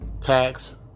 tax